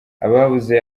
ababuze